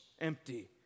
empty